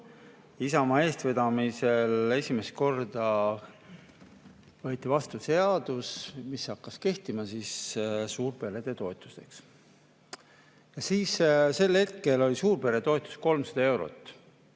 Isamaa eestvedamisel esimest korda võeti vastu seadus, mis hakkas kehtima suurperede toetusteks. Siis sel hetkel oli suurperetoetus 300 eurot,